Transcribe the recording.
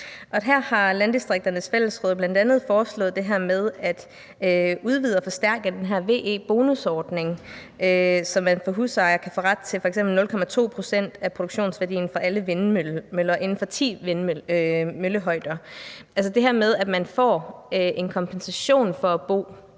her har Landdistrikternes Fællesråd bl.a. foreslået at udvide og forstærke den her VE-bonusordning, så man som husejer kan få ret til f.eks. 0,2 pct. af produktionsværdien for alle vindmøller inden for ti møllehøjder, altså at man får en kompensation for at bo